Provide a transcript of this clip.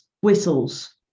whistles